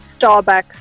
Starbucks